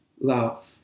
love